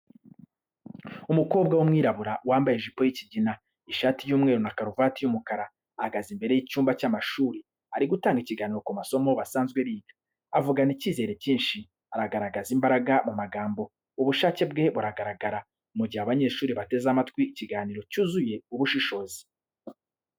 Umukobwa w’umwirabura wambaye ijipo y'ikigina, ishati y’umweru na karuvati y’umukara ahagaze imbere y’icyumba cy’abanyeshuri, ari gutanga ikiganiro ku masomo bisanzwe biga, avugana ikizere cyinshi, agaragaza imbaraga mu magambo, ubushake bwe buragaragara, mu gihe abanyeshuri bateze amatwi ikiganiro cyuzuye ubushishozi.